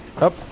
up